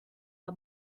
her